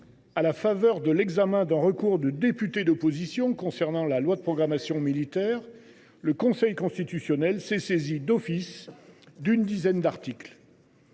à la faveur de l’examen d’un recours de députés d’opposition concernant la loi de programmation militaire, le Conseil constitutionnel s’est saisi d’office d’une dizaine d’articles.